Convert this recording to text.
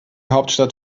hauptstadt